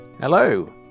Hello